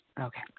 Okay